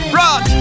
rock